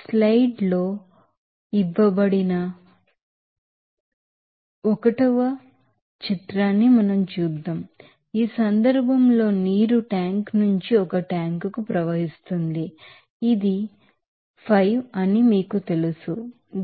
slide లలో 1 పటం ఇవ్వబడిందని మనం ఇక్కడ చూద్దాం ఈ సందర్భంలో నీరు ట్యాంక్ నుంచి ఒక ట్యాంకుకు ప్రవహిస్తుంది ఇది 5 అని మీకు తెలుసు